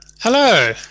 Hello